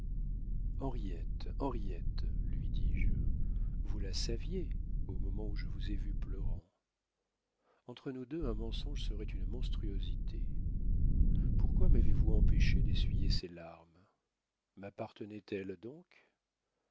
henriette henriette lui dis-je vous la saviez au moment où je vous ai vue pleurant entre nous deux un mensonge serait une monstruosité pourquoi m'avez-vous empêché d'essuyer ces larmes mappartenaient elles donc